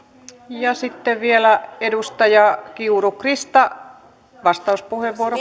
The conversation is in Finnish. sitten vielä edustaja kiuru krista vastauspuheenvuoro